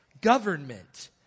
government